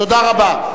תודה רבה.